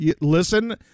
Listen